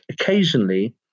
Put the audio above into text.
occasionally